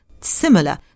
similar